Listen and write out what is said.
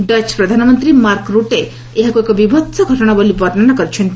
Dutch ପ୍ରଧାନମନ୍ତ୍ରୀ Mark Rutte ଏହାକୁ ଏକ ବିଭି ସ୍ତ ଟଣା ବୋଲି ବର୍ଷନା କରିଛନ୍ତି